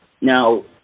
Now